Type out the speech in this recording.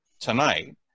tonight